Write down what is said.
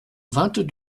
vingt